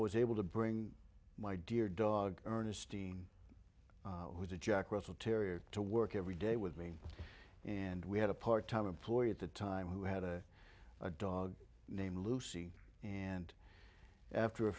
was able to bring my dear dog ernestine was a jack russell terrier to work every day with me and we had a part time employee at the time who had a dog named lucy and after a